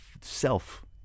self